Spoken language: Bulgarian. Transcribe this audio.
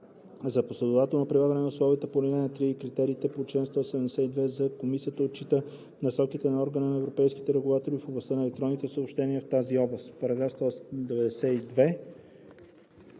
За последователното прилагане на условията по ал. 3 и критериите по чл. 172з комисията отчита насоките на Органа на европейските регулатори в областта на електронните съобщения в тази област.“